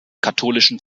katholischen